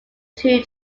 two